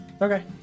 Okay